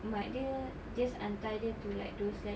mak dia just hantar dia to like those like